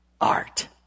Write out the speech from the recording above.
art